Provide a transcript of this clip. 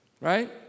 Right